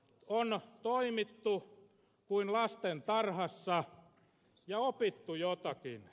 on toimittu kuin lastentarhassa ja opittu jotakin